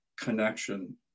connection